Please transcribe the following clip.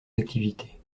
d’activité